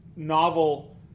novel